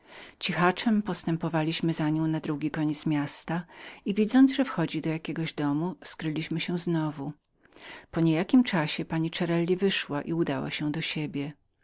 cichaczem postępowaliśmy za nią na drugi koniec miasta i widząc że wchodziła do jakiegoś domu znowu skryliśmy się w sąsiedniej bramie po niejakim czasie pani cerelli wyszła i udała się do siebie